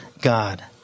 God